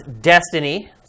Destiny